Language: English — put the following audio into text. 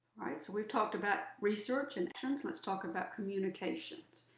right, so we've talked about research and actions. let's talk about communications.